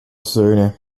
söhne